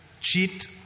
cheat